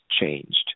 changed